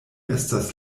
estas